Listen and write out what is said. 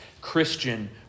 Christian